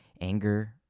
anger